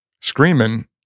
screaming